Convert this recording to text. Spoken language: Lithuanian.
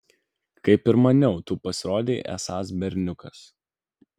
kaip ir maniau tu pasirodei esąs berniukas